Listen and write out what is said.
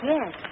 Yes